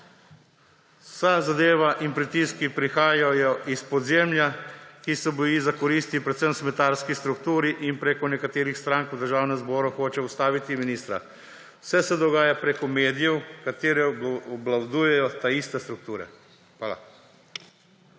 Vsa zadeva in pritiski prihajajo iz podzemlja, ki se boji za koristi predvsem v smetarski strukturi in preko nekaterih strank v Državnem zboru hoče ustaviti ministra. Vse se dogaja preko medijev, katere obvladujejo iste strukture. Hvala.